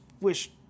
wish